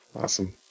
awesome